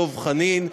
דב חנין,